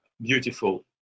beautiful